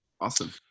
awesome